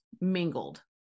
mingled